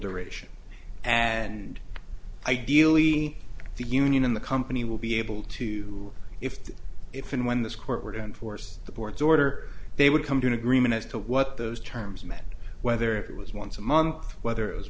duration and ideally the union in the company will be able to if the if and when this court were to enforce the ports order they would come to an agreement as to what those terms meant whether it was once a month whether it was